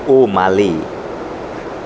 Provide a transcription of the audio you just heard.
Umli